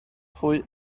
pwy